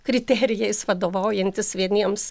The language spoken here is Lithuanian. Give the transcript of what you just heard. kriterijais vadovaujantis vieniems